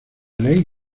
ley